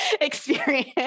experience